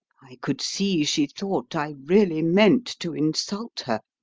i could see she thought i really meant to insult her.